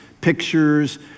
pictures